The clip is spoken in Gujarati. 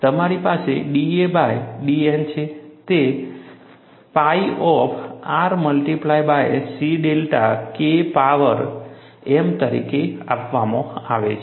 તમારી પાસે da બાય dN છે તે phi of R multiply by C delta K power m તરીકે આપવામાં આવે છે